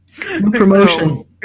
promotion